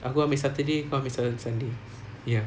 aku ambil saturday kau ambil sunday ya